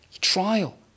trial